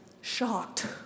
shocked